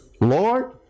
Lord